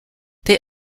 they